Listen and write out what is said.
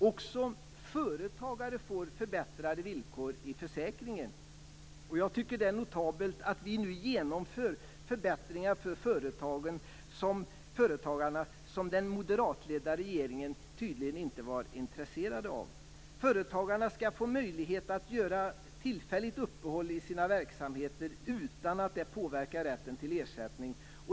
Också företagare får förbättrade villkor i försäkringen. Jag tycker att det är notabelt att vi nu genomför förbättringar för företagarna som den moderatledda regeringen tydligen inte var intresserad av. Företagarna skall få möjlighet att göra tillfälligt uppehåll i sina verksamheter utan att det påverkar rätten till ersättning.